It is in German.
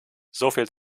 soviel